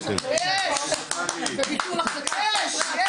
יש, יש.